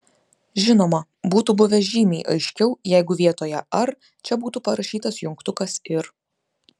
žinoma būtų buvę žymiai aiškiau jeigu vietoje ar čia būtų parašytas jungtukas ir